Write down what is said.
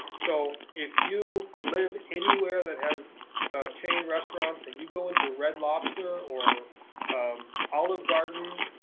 so if you live anywhere that has a chain restaurant and you go into red lobster or um olive garden